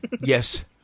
Yes